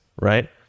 right